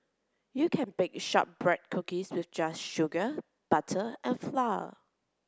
you can bake shortbread cookies with just sugar butter and flour